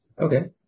okay